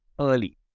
early